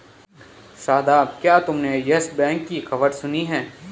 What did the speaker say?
शादाब, क्या तुमने Yes Bank की खबर सुनी है?